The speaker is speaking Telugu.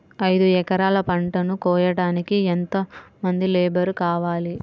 ఐదు ఎకరాల పంటను కోయడానికి యెంత మంది లేబరు కావాలి?